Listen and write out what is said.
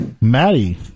Maddie